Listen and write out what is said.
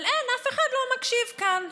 אבל אין, אף אחד לא מקשיב כאן.